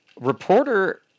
Reporter